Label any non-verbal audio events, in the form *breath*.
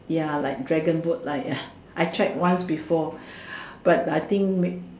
yeah like dragon boat like *breath* I tried once before but I think make